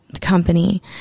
company